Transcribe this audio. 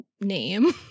name